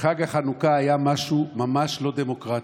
בחג החנוכה היה משהו ממש לא דמוקרטי.